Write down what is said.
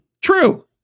True